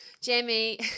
Jamie